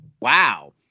Wow